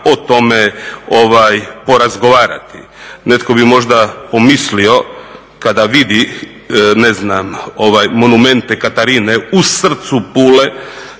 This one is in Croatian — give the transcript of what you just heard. o tome porazgovarati. Netko bi možda pomislio kada vidi, ne znam, Monumente Katarine u srcu Pule